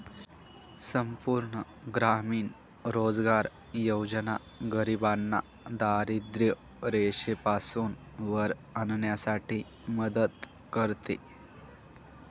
संपूर्ण ग्रामीण रोजगार योजना गरिबांना दारिद्ररेषेपासून वर आणण्यासाठी मदत करते